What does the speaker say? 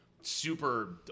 super